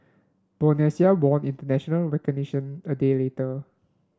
Bosnia won international recognition a day later